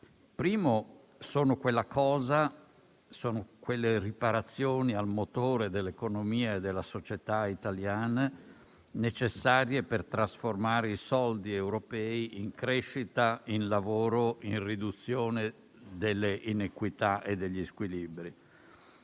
primo luogo, le riforme sono quelle riparazioni al motore dell'economia e della società italiane, necessarie per trasformare i soldi europei in crescita, in lavoro e in riduzione delle inequità e degli squilibri.